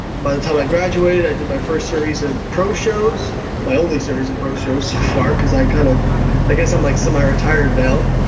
by the time i graduated i did my series of pro shows, my only series of pro shows so far because i kind of i guess i'm like semi-retired now.